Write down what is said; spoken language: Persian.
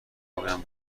کابینم